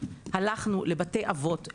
הלכנו לבתי אבות,